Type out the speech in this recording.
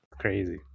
Crazy